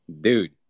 Dude